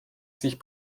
sich